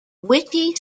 witty